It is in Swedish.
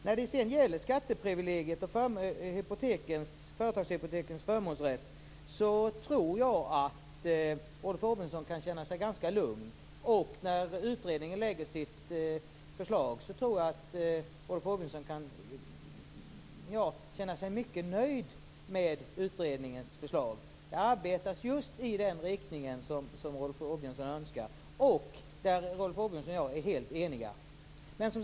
När det sedan gäller skatteprivilegiet och företagshypotekens förmånsrätt tror jag att Rolf Åbjörnsson kan känna sig ganska lugn. När utredningen lägger fram sitt förslag tror jag att Rolf Åbjörnsson kan känna sig mycket nöjd med utredningens förslag. Där arbetas just i den riktning som Rolf Åbjörnsson önskar och som Rolf Åbjörnsson och jag är helt eniga om.